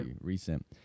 recent